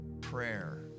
Prayer